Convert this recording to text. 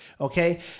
okay